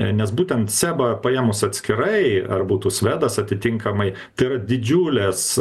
nes būtent sebą paėmus atskirai ar būtų svedas atitinkamai tai yra didžiulės